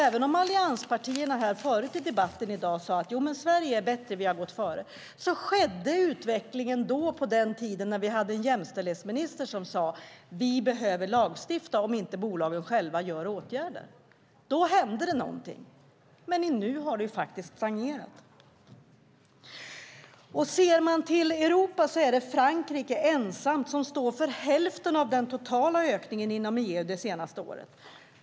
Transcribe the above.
Även om allianspartierna förut i debatten här i dag sade att Sverige är bättre och har gått före, skedde utvecklingen på den tiden när vi hade en jämställdhetsminister som sade: Vi behöver lagstifta om inte bolagen själva vidtar åtgärder. Då hände det någonting, men nu har det faktiskt stagnerat. I Europa är det Frankrike ensamt som står för hälften av den totala ökningen inom EU det senaste året.